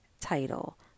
title